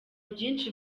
byinshi